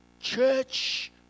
church